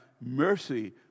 mercy